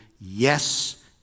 Yes